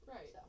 Right